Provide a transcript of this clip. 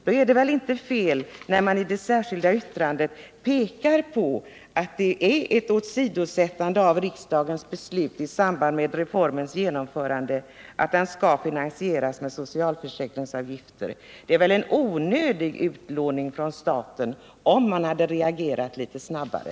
Då är det väl inte fel när vi i det särskilda yttrandet pekar på att detta är ett åsidosättande av riksdagens beslut i samband med reformens genomförande om att den skall finansieras med socialförsäkringsavgifter. Det är en onödig utlåning från staten som kunde ha undvikits om man reagerat litet snabbare.